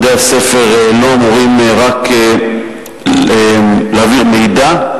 בתי-הספר לא אמורים רק להעביר מידע.